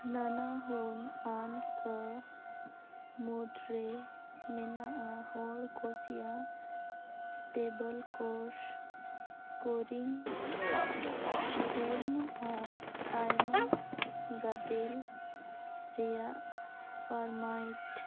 ᱱᱟᱱᱟᱦᱩᱱ ᱟᱱ ᱠᱚ ᱢᱩᱫᱽᱨᱮ ᱢᱮᱱᱟᱜᱼᱟ ᱦᱚᱲ ᱠᱩᱥᱤᱭᱟᱜ ᱥᱴᱮᱵᱚᱞ ᱠᱳᱨᱥ ᱥᱠᱳᱨᱤᱝ ᱥᱤᱴᱮᱢ ᱟᱨ ᱟᱭᱢᱟ ᱜᱟᱫᱮᱞ ᱨᱮᱭᱟᱜ ᱯᱷᱟᱨᱢᱟᱭᱤᱴ